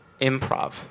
improv